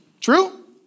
True